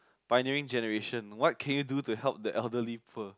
pioneering generation what can you do to help the elderly people